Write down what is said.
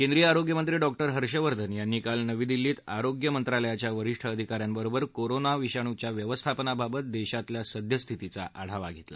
केंद्रीय आरोग्यमंत्री डॉक्टर हर्षवर्धन यांनी काल नवी दिल्लीत आरोग्य मंत्रालयाच्या वरिष्ठ अधिका यांबरोबर कोरोना विषाणूच्या व्यवस्थापनाबाबत देशातल्या सद्यस्थितीचा आढावा घेतला